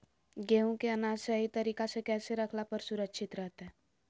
गेहूं के अनाज सही तरीका से कैसे रखला पर सुरक्षित रहतय?